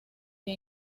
que